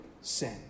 sin